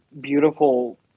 beautiful